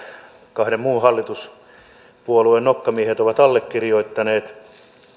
kahden muun hallituspuolueen nokkamiehet ovat allekirjoittaneet